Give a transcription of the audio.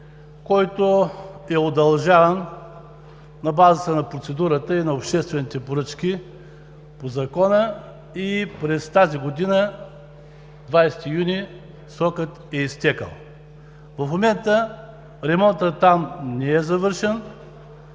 който е удължаван на базата на процедурата и на обществените поръчки по Закона, и през тази година – 20 юни, срокът е изтекъл. В момента ремонтът там не е завършен,